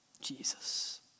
Jesus